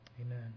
Amen